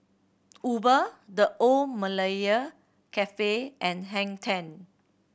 mUber The Old Malaya Cafe and Hang Ten